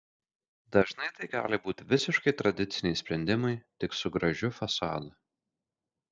dažnai tai gali būti visiškai tradiciniai sprendimai tik su gražiu fasadu